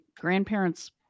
grandparents